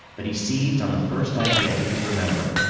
but he seized on the first idea he could remember.